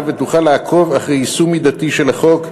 ותוכל לעקוב אחרי יישום מידתי של החוק,